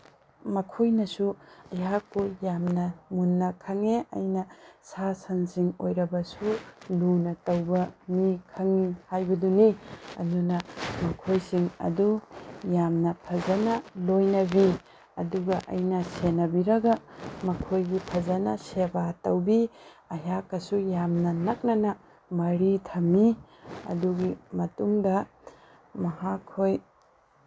ꯃꯈꯣꯏꯅꯁꯨ ꯑꯩꯍꯥꯛꯄꯨ ꯌꯥꯝꯅ ꯃꯨꯟꯅ ꯈꯪꯉꯦ ꯑꯩꯅ ꯁꯥ ꯁꯟꯁꯤꯡ ꯑꯣꯏꯔꯕꯁꯨ ꯂꯨꯅ ꯇꯧꯕꯅꯤ ꯈꯪꯉꯤ ꯍꯥꯏꯕꯗꯨꯅꯤ ꯑꯗꯨꯅ ꯃꯈꯣꯏꯁꯤꯡ ꯑꯗꯨ ꯌꯥꯝꯅ ꯐꯖꯅ ꯂꯣꯏꯅꯕꯤ ꯑꯗꯨꯒ ꯑꯩꯅ ꯁꯦꯅꯕꯤꯔꯒ ꯃꯈꯣꯏꯒꯤ ꯐꯖꯅ ꯁꯦꯕꯥ ꯇꯧꯕꯤ ꯑꯩꯍꯥꯛꯀꯁꯨ ꯌꯥꯝꯅ ꯅꯛꯅꯅ ꯃꯔꯤ ꯊꯝꯃꯤ ꯑꯗꯨꯒꯤ ꯃꯇꯨꯡꯗ ꯃꯍꯥꯛꯈꯣꯏ